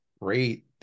great